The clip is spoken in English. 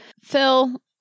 Phil